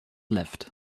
left